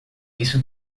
isso